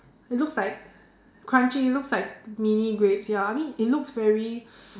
it looks like crunchy it looks like mini grapes ya I mean it looks very